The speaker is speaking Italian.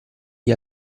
gli